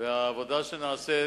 והעבודה שנעשית